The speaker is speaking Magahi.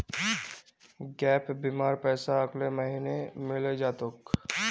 गैप बीमार पैसा अगले महीने मिले जा तोक